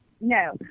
no